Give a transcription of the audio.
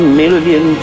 million